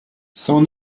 cent